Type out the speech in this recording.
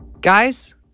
Guys